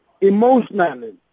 emotionally